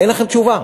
אין לכם תשובה.